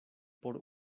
por